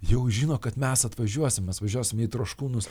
jau žino kad mes atvažiuosim mes važiuosim į troškūnus